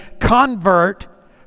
convert